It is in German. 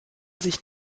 sich